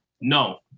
No